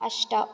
अष्ट